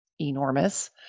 enormous